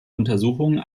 untersuchungen